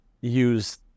use